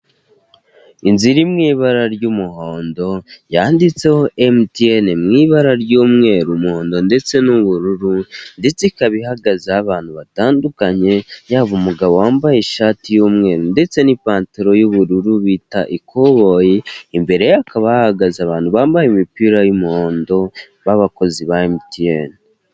Inzu iri mu ibara ry'umuhondo yanditseho mtn mu ibara ry'umweru, umuhondo ndetse n'ubururu, ndetse ikaba ihagazeho abantu batandukanye yaba umugabo wambaye ishati y'umweru ndetse n'ipantaro y'ubururu bita ikoboyi , imbereye hakaba hahagaze abantu bambaye imipira y'umuhondo b'abakozi ba mtn.